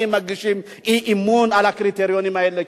האם מגישים אי-אמון על הקריטריונים האלה,